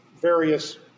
various